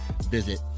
visit